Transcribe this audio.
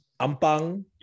Ampang